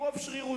הוא רוב שרירותי,